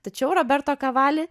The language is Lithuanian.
tačiau roberto kavali